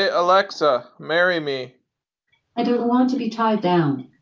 ah alexa, marry me i don't want to be tied down.